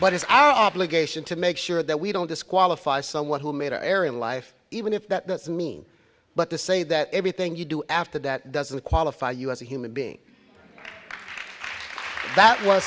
obligation to make sure that we don't disqualify someone who made an error in life even if that doesn't mean but to say that everything you do after that doesn't qualify you as a human being that was